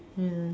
mm